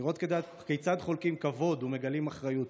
לראות כיצד חולקים כבוד ומגלים אחריות.